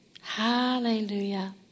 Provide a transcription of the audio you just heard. Hallelujah